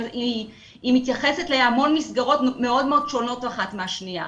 היא מתייחסת להמון מסגרות מאוד שונות אחת מהשניה.